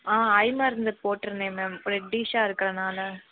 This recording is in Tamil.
ஆ ஐ மருந்து போட்டிருந்தேன் மேம் ரெட்டிஷ்ஷாக இருக்கிறனால